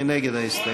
מי נגד ההסתייגות?